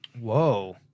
Whoa